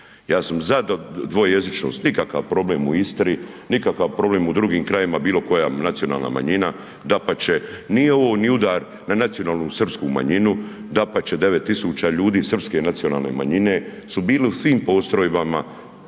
ja sam za dvojezičnost nikakav problem u Istri, nikakav problem u drugim krajevima bilo koja nacionalna manjina, dapače, nije ovo ni udar na nacionalnu srpsku manjinu, dapače 9.000 ljudi srpske nacionalne manjine su bili u svim postrojbama